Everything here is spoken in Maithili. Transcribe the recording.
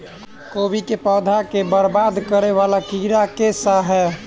कोबी केँ पौधा केँ बरबाद करे वला कीड़ा केँ सा है?